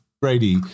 Brady